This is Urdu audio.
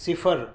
صفر